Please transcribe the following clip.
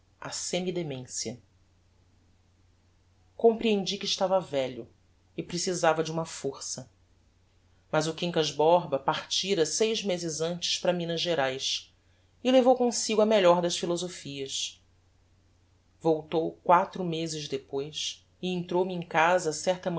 a semi demencia comprehendi que estava velho e precisava de uma força mas o quincas borba partira seis mezes antes para minas geraes e levou comsigo a melhor das philosophias voltou quatro mezes depois e entrou-me em casa certa